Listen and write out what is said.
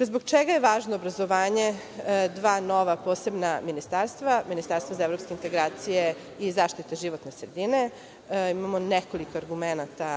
zbog čega je važno obrazovanje dva nova posebna ministarstva - ministarstvo za evropske integracije i zaštite životne sredine? Imamo nekoliko argumenata